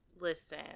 listen